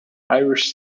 irish